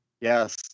Yes